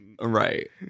Right